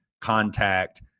contact